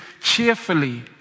cheerfully